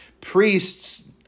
priests